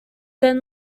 then